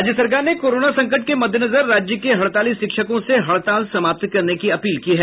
राज्य सरकार ने कोरोना संकट के मददेनजर राज्य के हड़ताली शिक्षकों से हड़ताल समाप्त करने की अपील की है